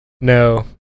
No